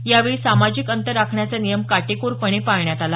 यावेळी सामाजिक अंतर राखण्याचा नियम काटेकोर पाळण्यात आला